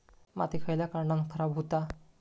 माती खयल्या कारणान खराब हुता?